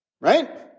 right